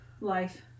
Life